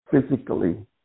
physically